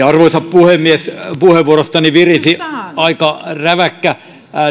arvoisa puhemies puheenvuorostani virisi aika räväkkä